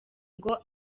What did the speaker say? ngo